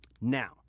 Now